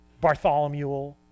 Bartholomew